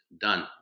done